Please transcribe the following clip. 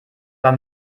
beim